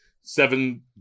seven